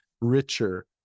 richer